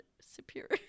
Superior